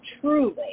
truly